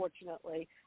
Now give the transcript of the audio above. unfortunately